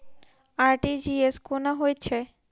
RTGS कोना होइत छै?